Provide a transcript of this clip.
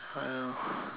uh